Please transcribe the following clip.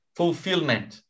fulfillment